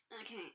Okay